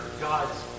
God's